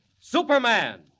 Superman